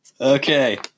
Okay